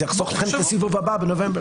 זה יחסוך לכם את הסיבוב הבא בנובמבר.